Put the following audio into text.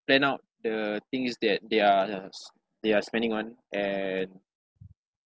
plan out the things that they are s~ they are spending on and